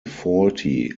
faulty